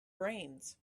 brains